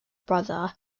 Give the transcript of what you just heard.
brother